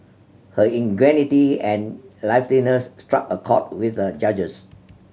her ingenuity and liveliness struck a chord with the judges